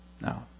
no